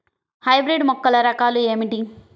Hybrid మొక్కల రకాలు ఏమిటీ?